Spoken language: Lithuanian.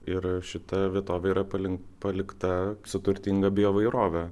ir šita vietovė yra palyginti palikta su turtinga bei įvairove